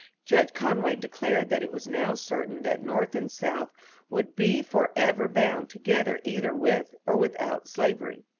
judge conway declared that it was now certain that north and south would be forever bound together either with or without slavery.